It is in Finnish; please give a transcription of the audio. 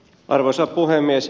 arvoisa puhemies